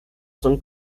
son